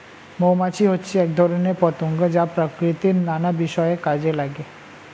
মৌমাছি হচ্ছে এক ধরনের পতঙ্গ যা প্রকৃতির নানা বিষয়ে কাজে লাগে